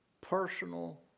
personal